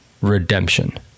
redemption